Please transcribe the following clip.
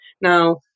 Now